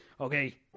Okay